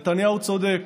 נתניהו צודק.